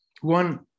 one